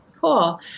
Cool